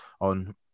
on